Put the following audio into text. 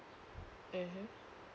mmhmm